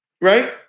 Right